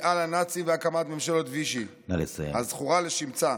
הכניעה לנאצים והקמת ממשלת וישי הזכור לשמצה.